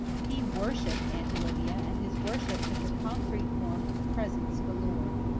he worshipped aunt olivia, and his worship took the concrete form of presents galore.